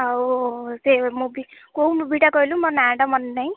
ହଉ ସେ ମୁଭି କୋଉ ମୁଭିଟା କହିଲୁ ମୋ ନାଁ'ଟା ମନେନାହିଁ